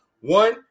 one